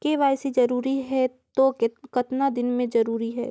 KYC जरूरी हे तो कतना दिन मे जरूरी है?